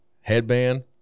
headband